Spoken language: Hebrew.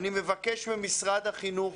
אני מבקש ממשרד החינוך